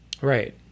Right